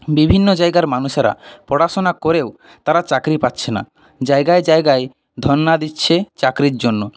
বিভিন্ন জায়গার মানুষেরা পড়াশুনা করেও তারা চাকরি পাচ্ছে না জায়গায় জায়গায় ধর্না দিচ্ছে চাকরির জন্য